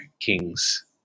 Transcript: kings